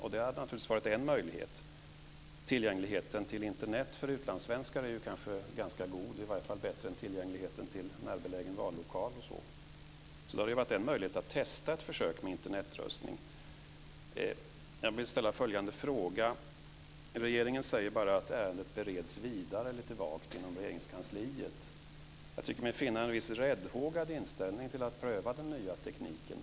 Det hade naturligtvis varit en möjlighet. Tillgängligheten till Internet för utlandssvenskar är kanske ganska god, i varje fall bättre än tillgängligheten till närbelägen vallokal. Det hade ju varit en möjlighet att testa ett försök med Internetröstning. Jag vill ställa följande fråga: Regeringen säger bara lite vagt att ärendet bereds vidare inom Regeringskansliet. Jag tycker mig finna en viss räddhågad inställning till att pröva den nya tekniken.